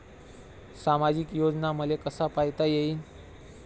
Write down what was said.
सामाजिक योजना मले कसा पायता येईन?